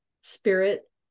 spirit